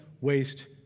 waste